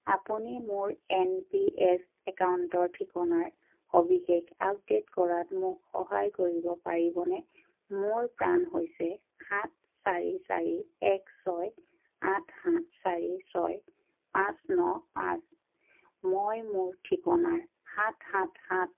আপুনি মোৰ N P S একাউণ্টৰ ঠিকনাৰ সবিশেষ আপডেট কৰাত মোক সহায় কৰিব পাৰিবনে মোৰ প্ৰাণ হৈছে সাত চাৰি চাৰি এক ছয় আঠ সাত চাৰি ছয় পাঁচ ন পাঁচ মই মোৰ ঠিকনাৰ সাত সাত সাত